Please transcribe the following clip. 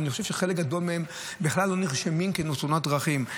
אני חושב שחלק גדול מהם בכלל לא נרשמים כתאונות דרכים.